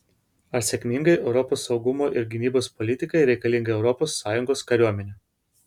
ar sėkmingai europos saugumo ir gynybos politikai reikalinga europos sąjungos kariuomenė